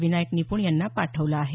विनायक निप्ण यांना पाठवलं आहे